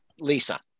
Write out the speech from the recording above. Lisa